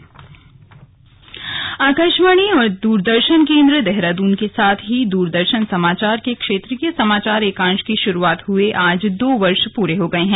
slug Doordarshan स्थापना दिवस आकाशवाणी और दूरदर्शन केंद्र देहरादून के साथ ही दूरदर्शन समाचार के क्षेत्रीय समाचार एकांश की शुरुआत के आज दो वर्ष पूरे हो गए हैं